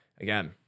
again